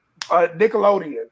Nickelodeon